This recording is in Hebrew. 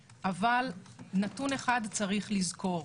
נתון אחד צריך לזכור: